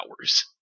hours